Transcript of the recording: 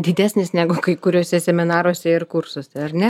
didesnis negu kai kuriuose seminaruose ir kursuose ar ne